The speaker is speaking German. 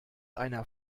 einer